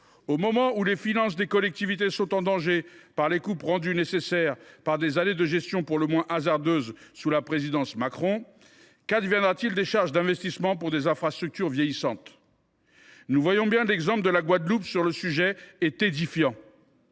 Au moment où les finances des collectivités sont en danger du fait de coupes rendues nécessaires par des années de gestion pour le moins hasardeuse, sous la présidence Macron, qu’adviendra t il des charges d’investissement destinées aux infrastructures vieillissantes ? Sur ce point, l’exemple de la Guadeloupe est édifiant.